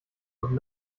would